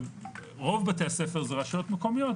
רוב בתי הספר זה רשויות מקומיות,